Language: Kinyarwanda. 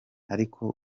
ariko